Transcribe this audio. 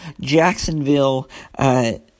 Jacksonville –